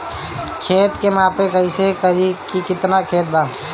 खेत के नाप कइसे करी की केतना खेत बा?